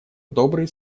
добрые